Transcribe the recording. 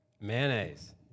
Mayonnaise